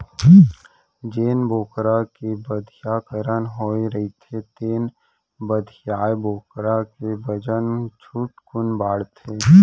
जेन बोकरा के बधियाकरन होए रहिथे तेन बधियाए बोकरा के बजन झटकुन बाढ़थे